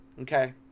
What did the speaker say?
Okay